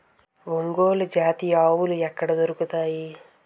ఒంగోలు జాతి ఆవులు ఎక్కడ దొరుకుతాయి?